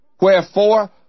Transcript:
Wherefore